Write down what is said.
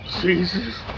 Jesus